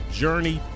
journey